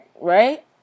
Right